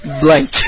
Blank